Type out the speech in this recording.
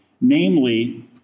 Namely